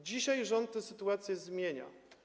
Dzisiaj rząd tę sytuację zmienia.